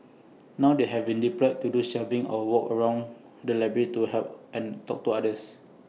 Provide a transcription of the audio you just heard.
now they haven deployed to do shelving or walk around the library to help and talk to users